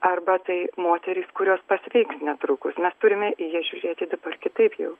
arba tai moterys kurios pasveiks netrukus mes turime į jas žiūrėti dabar kitaip jau